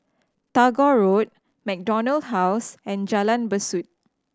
Tagore Road MacDonald House and Jalan Besut